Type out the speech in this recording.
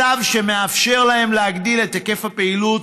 מצב שמאפשר להם להגדיל את היקף הפעילות